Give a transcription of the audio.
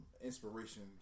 Inspiration